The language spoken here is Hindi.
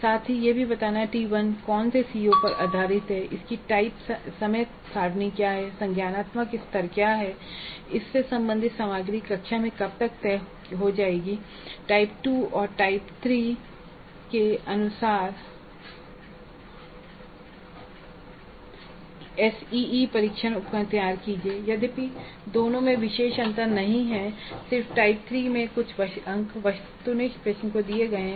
साथ ही यह भी बताना कि T 1कौन से CO पर आधारित है इसकी समय सारणी क्या हैसंज्ञातामक स्तर क्या है तथा इससे सम्बन्धित सामग्री कक्षा में कब तक तय हो जायेगीI टाइप 2 और टाइप 30के अनुसार एस ई ई परीक्षण उपकरण तैयार किजिए यधापि दोनो मे विषेश अंतर नहीं है सिर्फ टाइप 3 में कुछ अंक वस्तुनिष्ट प्रश्न को दिए गए है